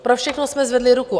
Pro všechno jsme zvedli ruku.